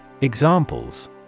Examples